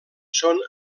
són